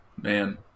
Man